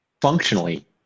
functionally